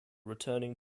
returning